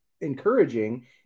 encouraging